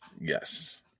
Yes